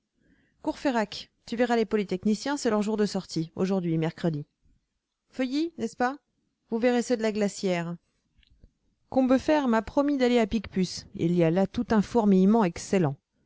courfeyrac tu verras les polytechniciens c'est leur jour de sortie aujourd'hui mercredi feuilly n'est-ce pas vous verrez ceux de la glacière combeferre m'a promis d'aller à picpus il y a là tout un fourmillement excellent